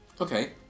okay